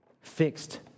fixed